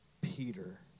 Peter